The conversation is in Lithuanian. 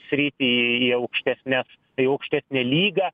sritį į aukštesnes į aukštesnę lygą